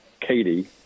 Katie